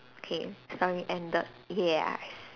okay story ended yes